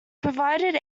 provided